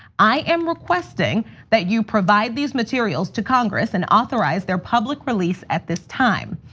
i am requesting that you provide these materials to congress and authorize their public release at this time.